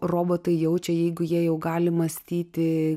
robotai jaučia jeigu jie jau gali mąstyti